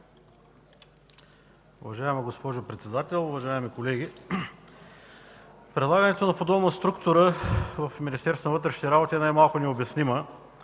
Уважаема госпожо Председател, уважаеми колеги! Предлагането на подобна структура в Министерството на вътрешните работи е най-малкото необяснима,